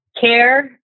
care